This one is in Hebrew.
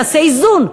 תעשה איזון,